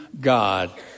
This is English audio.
God